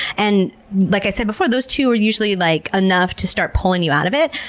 and like i said before, those two are usually like enough to start pulling you out of it,